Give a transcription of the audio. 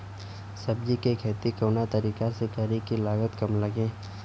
सब्जी के खेती कवना तरीका से करी की लागत काम लगे?